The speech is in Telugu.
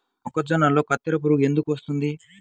మొక్కజొన్నలో కత్తెర పురుగు ఎందుకు వస్తుంది?